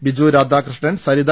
Biju Radhakrishnan Saritha